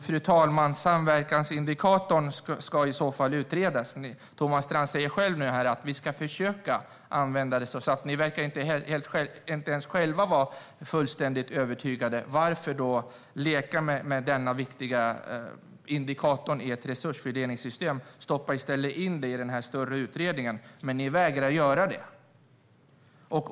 Fru talman! Samverkansindikatorn ska i så fall utredas. Thomas Strand säger själv att man ska "försöka" använda den. Ni verkar inte ens själva vara fullständigt övertygade. Varför då leka med denna viktiga indikator i ett resursfördelningssystem? Stoppa i stället in den i den större utredningen! Men ni vägrar göra det.